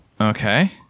Okay